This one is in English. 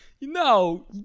No